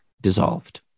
dissolved